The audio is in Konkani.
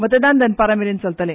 मतदान दनपरांमेरेन चलतले